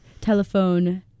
telephone